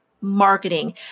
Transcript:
marketing